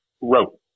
wrote